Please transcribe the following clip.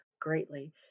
greatly